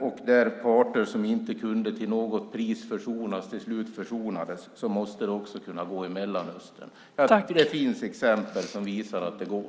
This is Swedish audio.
Där fanns parter som inte till något pris kunde försonas. Till slut försonades de. Då måste det också kunna gå i Mellanöstern. Det finns exempel som visar att det går.